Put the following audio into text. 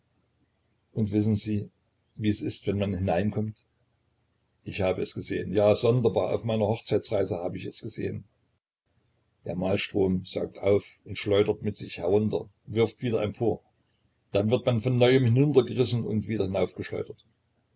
und wissen sie wie es ist wenn man hineinkommt ich habe es gesehen ja sonderbar auf meiner hochzeitsreise hab ich es gesehen der malstrom saugt auf und schleudert mit sich herunter wirft wieder empor dann wird man von neuem hineingerissen und wieder